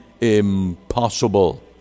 impossible